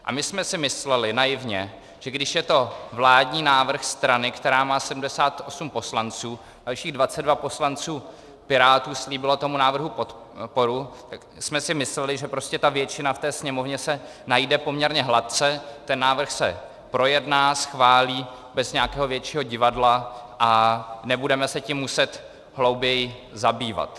A my jsme si mysleli naivně, že když je to vládní návrh strany, která má 78 poslanců, a když jí 22 poslanců Pirátů slíbilo tomu návrhu podporu, tak jsme si mysleli, že prostě ta většina ve Sněmovně se najde poměrně hladce, návrh se projedná, schválí bez nějakého většího divadla a nebudeme se tím muset hlouběji zabývat.